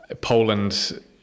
Poland